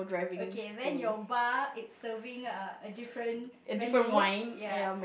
okay then your bar is serving a a different menu ya